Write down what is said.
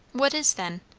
what is, then?